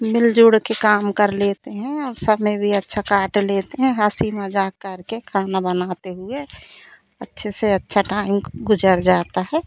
मिल जल के काम कर लेते हैं और समय भी अच्छा काट लेते हैं हँसी मज़ाक करके खाना बनाते हुए अच्छे से अच्छा टाइम गुज़र जाता है